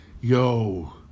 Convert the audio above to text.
Yo